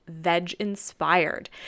veg-inspired